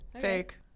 Fake